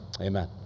Amen